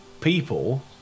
people